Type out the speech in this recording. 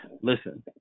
Listen